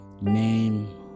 name